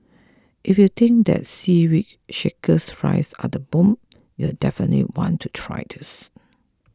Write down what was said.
if you think that Seaweed Shaker Fries are the bomb you'll definitely want to try this